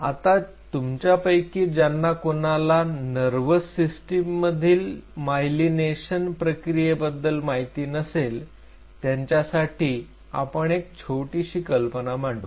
आता तुमच्यापैकी ज्यांना कुणाला नर्व्हस सिस्टिममधील मायलीनेशन प्रक्रिये बद्दल माहित नसेल त्यांच्यासाठी आपण एक छोटीशी कल्पना मांडू